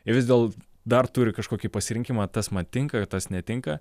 ir vis dėl dar turi kažkokį pasirinkimą tas man tinka tas netinka